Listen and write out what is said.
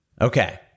Okay